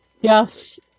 Yes